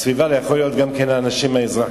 הסביבה, זה יכול להיות גם כן האנשים האזרחיים.